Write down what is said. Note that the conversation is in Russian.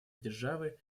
державы